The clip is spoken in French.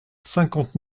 cinquante